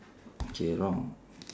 okay wrong